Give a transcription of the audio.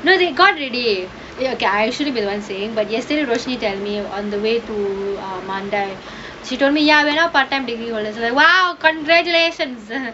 you know they got already okay I shouldn't be the [one] say but yesterday roshni that day told me on the way to our mandai she told me ya we're now part time degree holders and I am like !whoa! congratulations